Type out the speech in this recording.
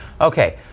Okay